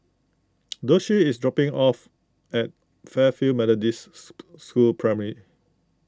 Doshie is dropping off at Fairfield Methodist School Primary